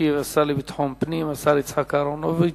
ישיב השר לביטחון פנים, השר יצחק אהרונוביץ.